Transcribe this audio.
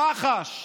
מח"ש,